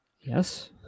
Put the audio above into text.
Yes